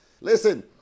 Listen